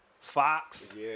Fox